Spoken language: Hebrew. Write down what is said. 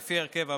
לפי ההרכב הבא: